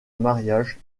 mariage